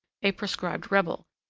a proscribed rebel,